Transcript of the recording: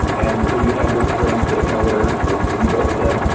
and so you have this strange thing now where, as you both said,